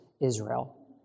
Israel